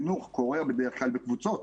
חינוך קורה בדרך כלל בקבוצות.